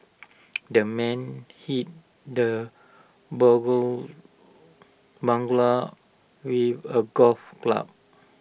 the man hit the burglar with A golf club